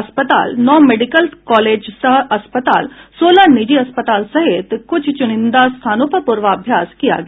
अस्पताल नौ medical college सह अस्पताल सोलह निजी अस्पताल सहित कुछ चुनिंदा स्थानों पर पूर्वाभ्यास किया गया